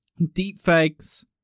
deepfakes